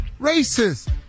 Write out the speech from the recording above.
racist